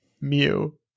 Mew